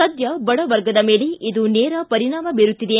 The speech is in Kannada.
ಸದ್ಯ ಬಡ ವರ್ಗದ ಮೇಲೆ ಇದು ನೇರ ಪರಿಣಾಮ ಬೀರುತ್ತಿದೆ